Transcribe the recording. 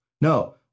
No